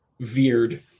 veered